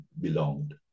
belonged